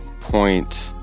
point